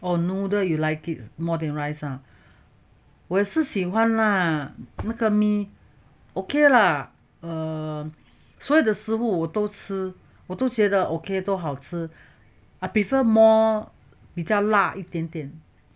oh noodles you like it more than rice ha 我也是喜欢那个 mee okay lah err 所有的食物我都吃我都觉得 okay 都好吃 I prefer more 比较辣一点点